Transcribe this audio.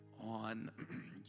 on